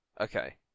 Okay